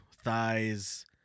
thighs